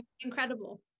incredible